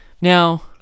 Now